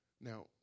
Now